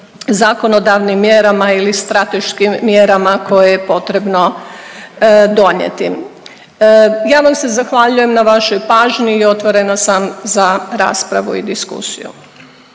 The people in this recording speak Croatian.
zakonodavnim mjerama ili strateškim mjerama koje je potrebno donijeti. Ja vam se zahvaljujem na vašoj pažnji i otvorena sam za raspravu i diskusiju.